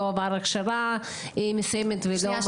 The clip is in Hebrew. שלא עבר הכשרה מסוימת ולא מקפיד?